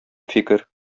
фикер